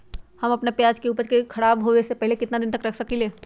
हम अपना प्याज के ऊपज के खराब होबे पहले कितना दिन तक रख सकीं ले?